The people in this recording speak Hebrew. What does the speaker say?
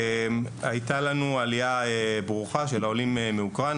הייתה לנו עליה ברוכה של העולים מאוקראינה,